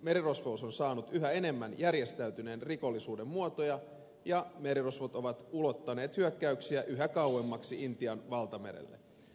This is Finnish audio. merirosvous on saanut yhä enemmän järjestäytyneen rikollisuuden muotoja ja merirosvot ovat ulottaneet hyökkäyksiä yhä kauemmaksi intian valtamerelle